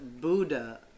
Buddha